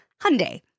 Hyundai